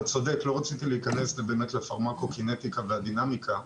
רציתי להיכנס לפרמקוקינטיקה ולדינמיקה,